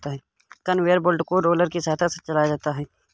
conveyor belt को roller की सहायता से चलाया जाता है